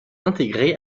intégré